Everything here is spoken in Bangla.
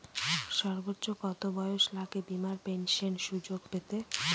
সর্বোচ্চ কত বয়স লাগে বীমার পেনশন সুযোগ পেতে?